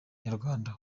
nyarwanda